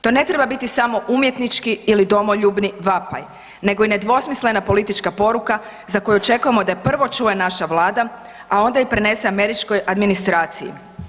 To ne treba biti samo umjetnički ili domoljubni vapaj nego i nedvosmislena politička poruka za koju očekujemo da je prvo čuje naša Vlada, a onda prenese i američkoj administraciji.